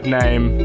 name